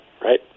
Right